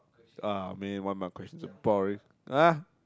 !aww! man why my questions so boring ah